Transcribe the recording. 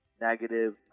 negative